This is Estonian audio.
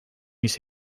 mis